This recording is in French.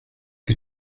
que